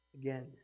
Again